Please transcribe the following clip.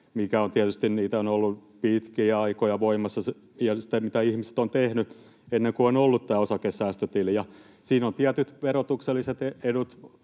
joita on ollut pitkiä aikoja voimassa, ja niitä ihmiset ovat tehneet ennen kuin on ollut tämä osakesäästötili. Arvo-osuustilissä on tietyt verotukselliset edut,